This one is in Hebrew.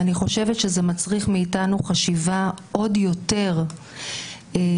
אני חושבת שזה מצריך מאיתנו חשיבה עוד יותר מקורית,